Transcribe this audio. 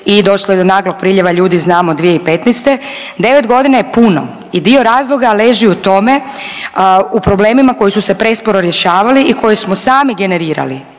i došlo je do naglog priljeva ljudi, znamo 2015., 9.g. je puno i dio razloga leži u tome, u problemima koji su se presporo rješavali i koje smo sami generirali